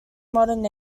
modern